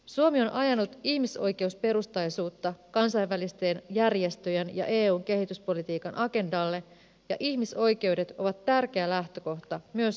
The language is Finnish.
suomi on ajanut ihmisoikeusperustaisuutta kansainvälisten järjestöjen ja eun kehityspolitiikan agendalle ja ihmisoikeudet ovat tärkeä lähtökohta myös suomen kehityspolitiikalle